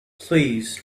please